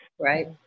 right